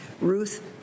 Ruth